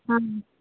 ହଁ